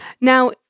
Now